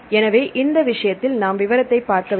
எனவே இந்த விஷயத்தில் நாம் விவரத்தை பார்க்க வேண்டும்